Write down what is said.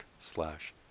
slash